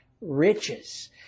riches